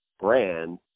brand